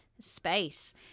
space